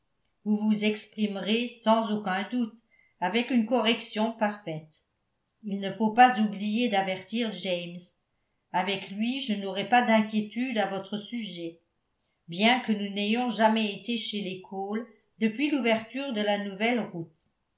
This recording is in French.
vous vous exprimerez sans aucun doute avec une correction parfaite il ne faut pas oublier d'avertir james avec lui je n'aurai pas d'inquiétude à votre sujet bien que nous n'ayons jamais été chez les cole depuis l'ouverture de la nouvelle route